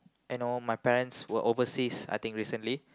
and my parents were overseas I think recently